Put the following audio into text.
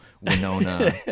Winona